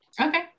Okay